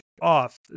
off